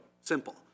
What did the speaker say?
simple